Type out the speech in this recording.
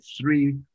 three